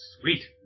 Sweet